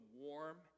warm